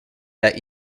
that